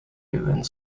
and